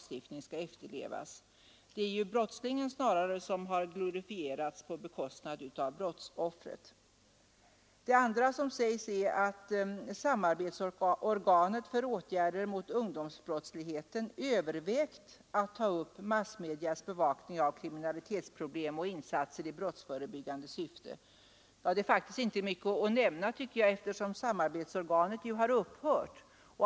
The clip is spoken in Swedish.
Snarare har brottslingen glorifierats på bekostnad av brottsoffret. För det andra sägs det att samarbetsorganet för åtgärder mot ungdomsbrottsligheten övervägt att ta upp massmedias bevakning av kriminalproblem och insatser i brottsförebyggande syfte. Det är faktiskt inte mycket att nämna, tycker jag, eftersom samarbetsorganet ju har upphört.